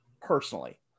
Personally